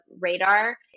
radar